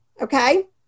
okay